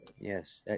Yes